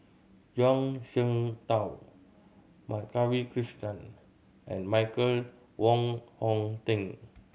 Zhuang Shengtao Madhavi Krishnan and Michael Wong Hong Teng